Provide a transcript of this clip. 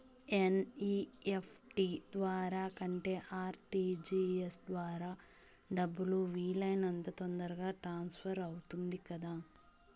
NEFT ద్వారా కంటే RTGS ద్వారా డబ్బు వీలు అయినంత తొందరగా ట్రాన్స్ఫర్ అవుతుంది కదా